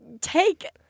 take